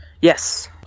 yes